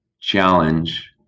challenge